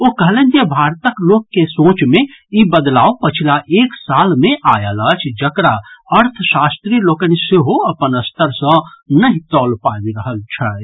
ओ कहलनि जे भारतक लोक के सोच मे ई बदलाव पछिला एक साल मे आयल अछि जकरा अर्थशास्त्री लोकनि सेहो अपन स्तर सँ नहि तौल पाबि रहल छथि